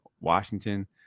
Washington